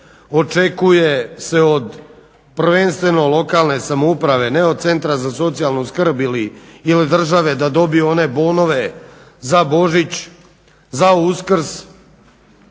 Očekuje se prvenstveno od lokalne samouprave ne od centra za socijalnu skrb ili države da dobiju one bonove za Božić, za Uskrs